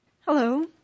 Hello